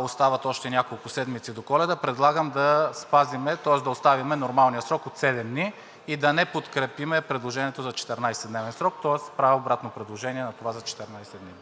остават още няколко седмици до Коледа, предлагам да спазим, тоест да оставим нормалния срок от седем дни и да не подкрепим предложението за 14-дневен срок. Тоест правя обратно предложение на това за 14 дни.